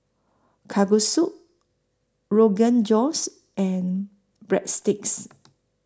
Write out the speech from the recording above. Kalguksu Rogan Josh and Breadsticks